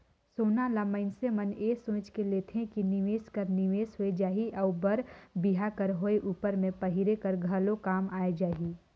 सोना ल मइनसे मन ए सोंएच के लेथे कि निवेस कर निवेस होए जाही अउ बर बिहा कर होए उपर में पहिरे कर घलो काम आए जाही